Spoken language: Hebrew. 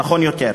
הנכון יותר,